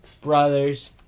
brother's